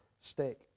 stick